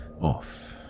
off